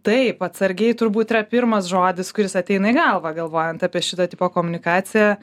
taip atsargiai turbūt yra pirmas žodis kuris ateina į galvą galvojant apie šito tipo komunikaciją